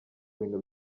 bintu